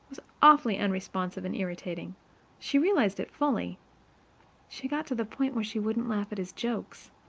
was awfully unresponsive and irritating she realized it fully she got to the point where she wouldn't laugh at his jokes.